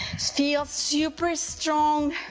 feel super strong,